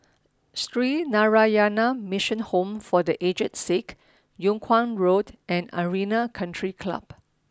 Sree Narayana Mission Home for The Aged Sick Yung Kuang Road and Arena Country Club